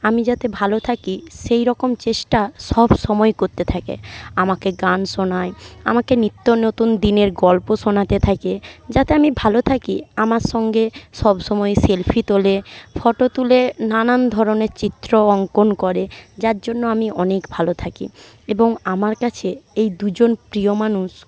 আমি যাতে ভালো থাকি সেই রকম চেষ্টা সবসময় করতে থাকে আমাকে গান শোনায় আমাকে নিত্য নতুন দিনের গল্প শোনাতে থাকে যাতে আমি ভালো থাকি আমার সঙ্গে সবসময় সেলফি তোলে ফোটো তোলে নানান ধরনের চিত্রও অঙ্কন করে যার জন্য আমি অনেক ভালো থাকি এবং আমার কাছে এই দুজন প্রিয় মানুষ